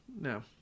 No